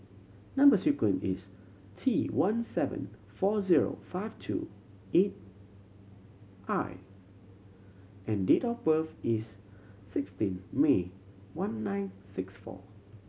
number sequence is T one seven four zero five two eight I and date of birth is sixteen May one nine six four